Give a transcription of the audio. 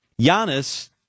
Giannis